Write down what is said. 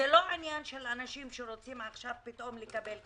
אלה לא אנשים שרוצים עכשיו פתאום לקבל כסף,